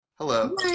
Hello